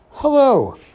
Hello